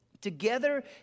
Together